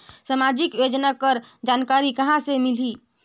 समाजिक योजना कर जानकारी कहाँ से मिलही?